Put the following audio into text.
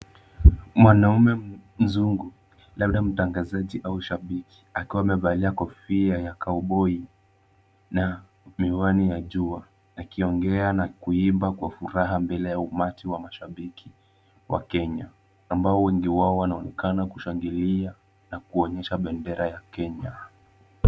Mwanaume mzungu, labda mtangazaji au shabiki, akiwa amevalia kofia ya kauboi na miwani ya jua, akiongea na kuimba kwa furaha mbele ya umati wa mashabiki. Wa Kenya, ambao wengi wao wanaonekana kushangilia na kuonyesha bendera ya Kenya.